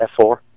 f4